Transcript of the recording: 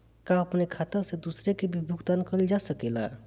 का अपने खाता से दूसरे के भी भुगतान कइल जा सके ला?